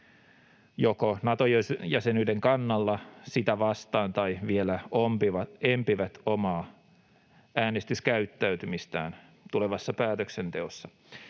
he Nato-jäsenyyden kannalla tai sitä vastaan tai vielä empivät omaa äänestyskäyttäytymistään tulevassa päätöksenteossa.